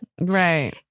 Right